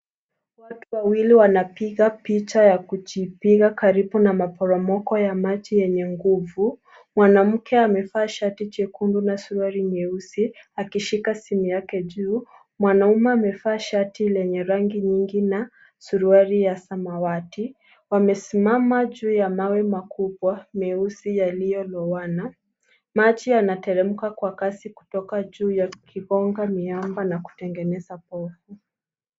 Watu wawili wanapiga picha ya kujipiga karibu na maporomoko ya maji yenye nguvu. Mwanamke amevaa shati chekundu na suruali nyeusi akishika simu yake juu. Mwanaume amevaa shati lenye rangi nyingi na suruali ya samawati. Wamesimama juu ya mawe makubwa meusi yaliyolowana. Maji yanateremka kwa kasi kutoka juu yakigonga miamba na kutengeneza povu.